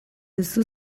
duzu